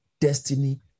destiny